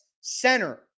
center